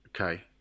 Okay